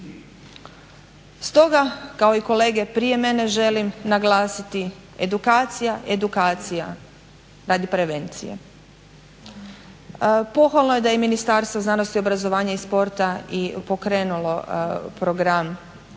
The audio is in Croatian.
Stoga kao i kolege prije mene želim naglasiti edukacija, edukacija radi prevencije. Pohvalno je da je i Ministarstvo znanosti, obrazovanja i sporta pokrenulo program edukacije